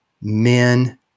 men